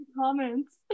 comments